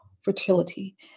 Fertility